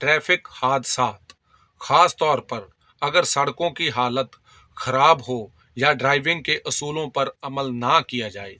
traffic حادثات خاص طور پر اگر سڑکوں کی حالت خراب ہو یا ڈرائیونگ کے اصولوں پر عمل نہ کیا جائے